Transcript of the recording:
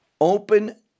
open